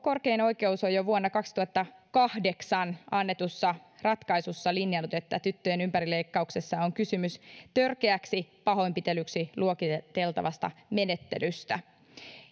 korkein oikeus on jo vuonna kaksituhattakahdeksan annetussa ratkaisussa linjannut että tyttöjen ympärileikkauksessa on kysymys törkeäksi pahoinpitelyksi luokiteltavasta menettelystä